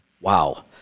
Wow